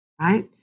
Right